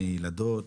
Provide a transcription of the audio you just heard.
ילדות,